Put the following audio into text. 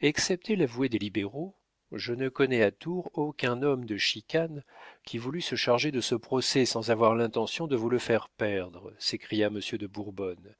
excepté l'avoué des libéraux je ne connais à tours aucun homme de chicane qui voulût se charger de ce procès sans avoir l'intention de le faire perdre s'écria monsieur de bourbonne